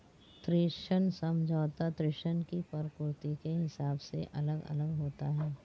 ऋण समझौता ऋण की प्रकृति के हिसाब से अलग अलग होता है